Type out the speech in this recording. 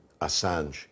Assange